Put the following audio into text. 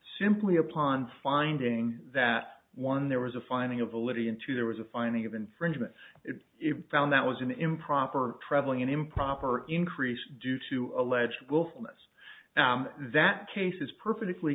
simply upon finding that one there was a finding of validity into there was a finding of infringement if found that was an improper travelling in improper increase due to alleged willfulness that case is perfectly